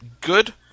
good